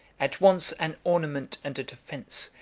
at once an ornament and a defence,